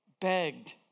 Begged